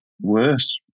worse